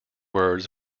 words